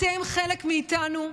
אתם חלק מאיתנו,